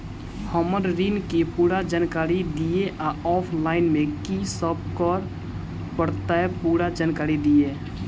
हम्मर ऋण केँ पूरा जानकारी दिय आ ऑफलाइन मे की सब करऽ पड़तै पूरा जानकारी दिय?